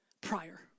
prior